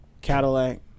Cadillac